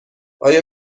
آیا